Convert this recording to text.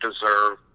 deserve